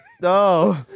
No